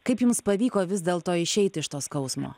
kaip jums pavyko vis dėlto išeit iš to skausmo